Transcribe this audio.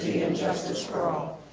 justice for all.